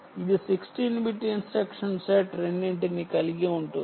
అది 16 bit instruction set రెండింటినీ కలిగి ఉంటుంది